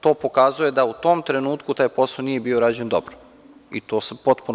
To pokazuje da u tom trenutku taj posao nije bio urađen dobro i tu se potpuno